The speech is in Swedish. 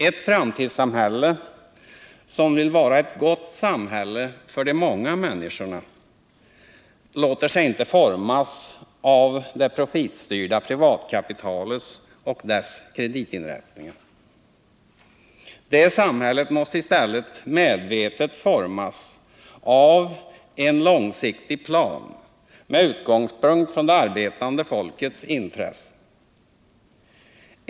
Ett framtidssamhälle som vill vara ett gott samhälle för de många människorna låter sig inte formas av det profitstyrda privatkapitalet och dess kreditinrättningar. Det samhället måste i stället medvetet formas av en långsiktig plan med utgångspunkt i det arbetande folkets intressen.